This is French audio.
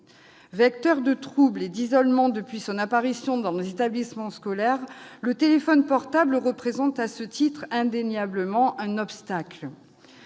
Vecteur de troubles et d'isolement depuis son apparition dans les établissements scolaires, le téléphone portable représente, à ce titre, indéniablement un obstacle.